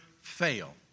fail